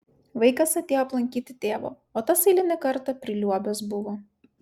vaikas atėjo aplankyti tėvo o tas eilinį kartą priliuobęs buvo